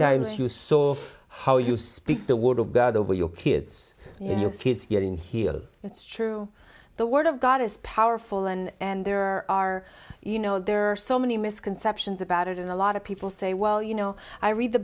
times you saw how you speak the word of god over your kids in your kids you're in here it's true the word of god is powerful and there are you know there are so many misconceptions about it in a lot of people say well you know i read the